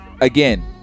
Again